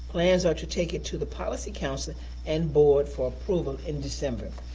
plans are to take it to the policy council and board for approval in december.